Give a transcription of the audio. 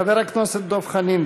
חבר הכנסת דב חנין,